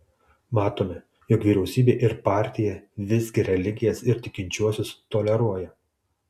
matome jog vyriausybė ir partija visgi religijas ir tikinčiuosius toleruoja